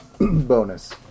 bonus